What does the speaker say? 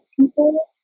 people